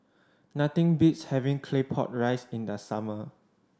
nothing beats having Claypot Rice in the summer